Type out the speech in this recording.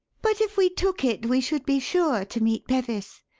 but if we took it we should be sure to meet bevis.